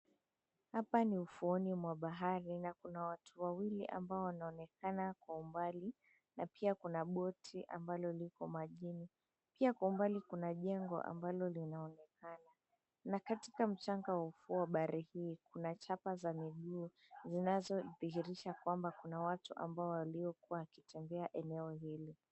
Hapa ni ufuon mwa bahari na kuna watu wawili ambao wanaonekana kwa umbali na pia kuna boti ambalo liko majini. Pia kwa umbali kuna jengo ambalo linaonekana. Na katika mchanga wa ufuo wa bahari hii, kuna chapa za miguu zinazodhihirisha kwamba kuna watu ambao waliokuwa wakitembea eneo hili.